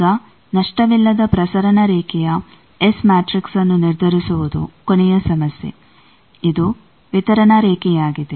ಈಗ ನಷ್ಟವಿಲ್ಲದ ಪ್ರಸರಣ ರೇಖೆಯ ಎಸ್ ಮ್ಯಾಟ್ರಿಕ್ಸ್ನ್ನು ನಿರ್ಧರಿಸುವುದು ಕೊನೆಯ ಸಮಸ್ಯೆ ಇದು ವಿತರಣಾ ರೇಖೆಯಾಗಿದೆ